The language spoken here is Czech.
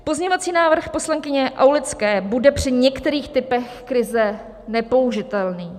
Pozměňovací návrh poslankyně Aulické bude při některých typech krize nepoužitelný.